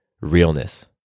realness